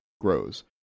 grows